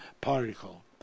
particle